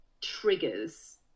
triggers